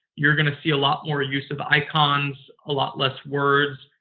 you're going to see a lot more use of icons, a lot less words.